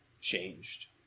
changed